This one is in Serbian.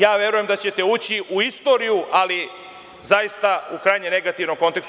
Ja verujem da ćete ući u istoriju, ali u zaista u krajnje negativnom kontekstu.